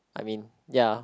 I mean ya